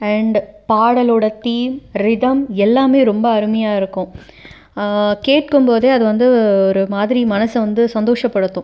and பாடலோடய theme rhythm எல்லாமே ரொம்ப அருமையாருக்கும் கேட்கும்போதே அது வந்து ஒரு மாதிரி மனசை வந்து சந்தோஷப்படுத்தும்